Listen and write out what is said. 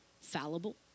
fallible